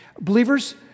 believers